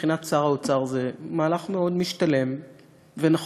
מבחינת שר האוצר זה מהלך מאוד משתלם ונכון,